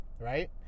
right